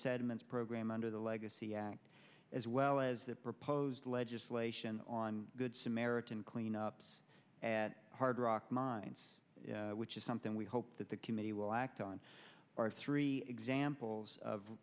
sediments program under the legacy act as well as the proposed legislation on good samaritan cleanups at hard rock mines which is something we hope that the committee will act on our three examples of